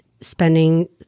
spending